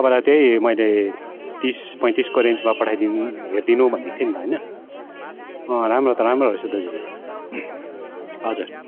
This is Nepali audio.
तपाईँलाई त्यही मैले तिस पैँतिसको रेन्जमा पठाइदिनु हेरिदिनु भनेको थिएँ नि त होइन अँ राम्रो त राम्रो रहेछ हौ दाजु यो हजुर